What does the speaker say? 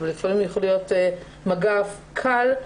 לפעמים זה יכול להיות מגע קל,